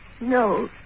No